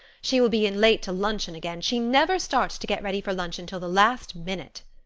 she will be in late to luncheon again. she never starts to get ready for luncheon till the last minute.